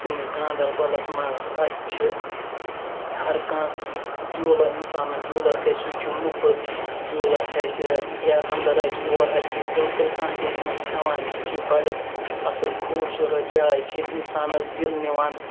سٲنِس گاندَربَلَس مَنٛز اَتہ چھُ ہَر کانٛہہ جوٗلہٕ اِنسانَس جوٗلَس کھَژِ سُہ چھُ مُفُت جوٗلَس کھَژِ یا اَندَر اَژِ اور اَتہ چھُنہٕ بِلکُل کانٛہہ تہِ پونٛسہِ ہیٚوان یہِ چھِ بَڈٕ اَصل خوٗبصوٗرَت جاے چھِ اِنسانَس دِل نِوان